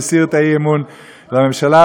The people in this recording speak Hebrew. שהסיר את האי-אמון בממשלה,